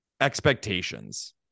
Expectations